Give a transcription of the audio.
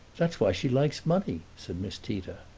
that's why she likes money, said miss tita.